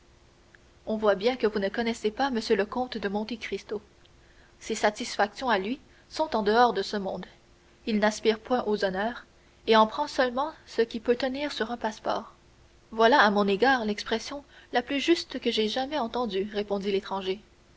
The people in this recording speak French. on voit bien que vous ne connaissez pas m le comte de monte cristo ses satisfactions à lui sont en dehors de ce monde il n'aspire point aux honneurs et en prend seulement ce qui peut tenir sur un passeport voilà à mon égard l'expression la plus juste que j'aie jamais entendue répondit l'étranger